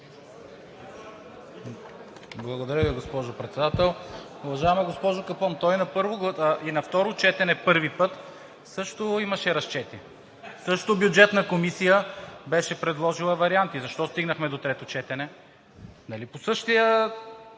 Благодаря Ви, госпожо Председател. Уважаема госпожо Капон, то и на второ четене също имаше разчети, също Бюджетната комисия беше предложила варианти, защо стигнахме до трето четене?